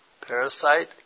parasite